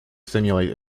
simulate